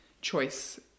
choice